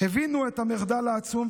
הבינו את המחדל העצום,